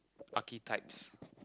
lucky types